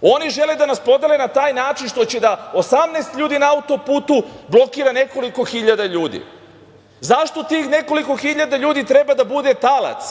Oni žele da nas podela na taj način što će da 18 ljudi na autoputu blokira nekoliko hiljada ljudi. Zašto tih nekoliko hiljada ljudi treba da bude talac